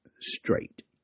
straight